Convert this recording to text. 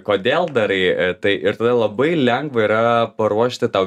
kodėl darai tai ir todėl labai lengva yra paruošti tau